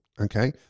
Okay